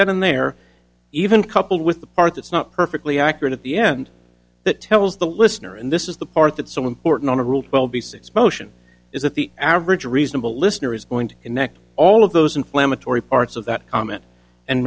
right then and there even coupled with the part that's not perfectly accurate at the end that tells the listener and this is the part that so important to rule well besides motion is that the average reasonable listener is going to connect all of those inflammatory parts of that comment and